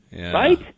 right